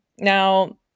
Now